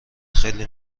خیلی